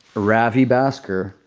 ravi bhasker,